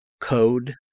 code